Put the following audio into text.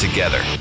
Together